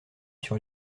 sur